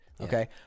okay